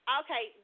okay